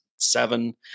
seven